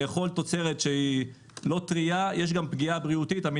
יש גם פגיעה בריאותית בלאכול תוצרת לא טרייה,